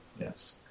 Yes